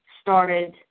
started